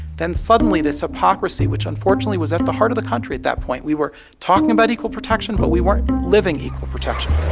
then suddenly, this hypocrisy, which unfortunately was at the heart of the country at that point we were talking about equal protection, but we weren't living equal protection